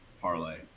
parlay